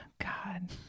God